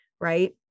right